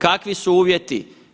Kakvi su uvjeti?